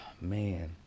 man